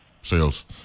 sales